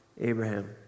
Abraham